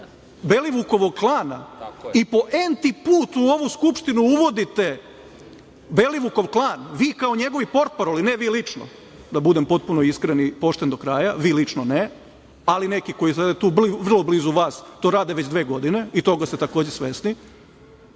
Belivukovog klana i po emti put u ovu Skupštinu uvodite Belivukov klan, vi kao njegovi portparoli, ne vi lično, da budem potpuno iskren i pošten do kraja, vi lično ne, ali neki koji su tu vrlo blizu vas to rade već dve godine i toga ste takođe svesni,